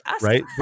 Right